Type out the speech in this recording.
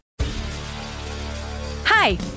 Hi